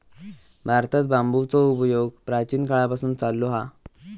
भारतात बांबूचो उपयोग प्राचीन काळापासून चाललो हा